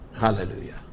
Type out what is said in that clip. Hallelujah